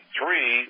three